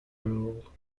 rule